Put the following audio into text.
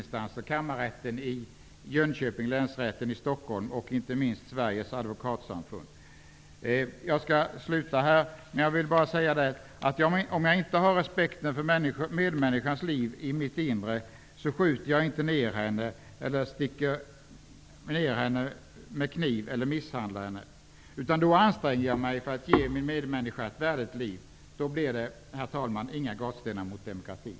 Det gäller kammarrätten i Jönköping, länsrätten i Stockholm och, inte minst, Sveriges Avslutningsvis: Om jag har respekten för medmänniskans liv i mitt inre, skjuter jag inte ner henne, sticker inte ner henne med kniv och misshandlar henne inte, utan då anstränger jag mig för att ge min medmänniska ett värdigt liv. Då blir det, herr talman, inga gatstenar mot demokratin.